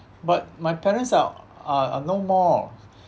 but my parents are uh uh no more